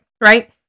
Right